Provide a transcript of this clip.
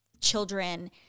children